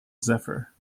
zephyr